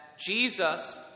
Jesus